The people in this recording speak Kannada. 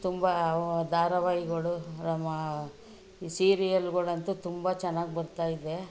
ತುಂಬ ಧಾರಾವಾಹಿಗಳು ನಮ್ಮ ಈ ಸೀರಿಯಲ್ಗಳಂತೂ ತುಂಬ ಚೆನ್ನಾಗಿ ಬರ್ತಾಯಿದೆ